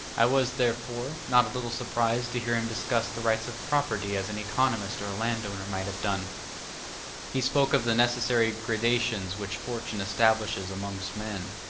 i was, therefore, not a little surprised to hear him discuss the rights of property as an economist or a landowner might have done he spoke of the necessary gradations which fortune establishes among men,